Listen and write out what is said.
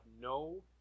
no